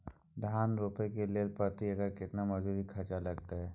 धान रोपय के लेल प्रति एकर केतना मजदूरी खर्चा लागतेय?